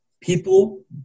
people